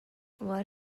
what